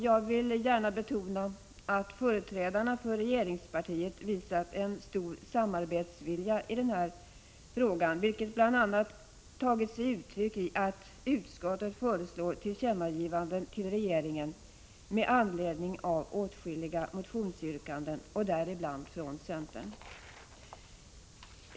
Jag vill gärna betona att företrädarna för regeringspartiet visat en stor samarbetsvilja i den här frågan, vilket bl.a. tagit sig uttryck i att utskottet föreslår tillkännagivanden till regeringen med anledning av åtskilliga motionsyrkanden, däribland flera från centern.